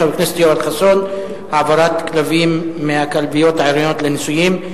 של חבר הכנסת יואל חסון: העברת כלבים מהכלביות העירוניות לניסויים.